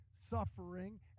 suffering